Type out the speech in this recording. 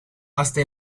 hasta